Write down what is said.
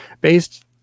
based